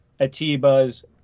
Atiba's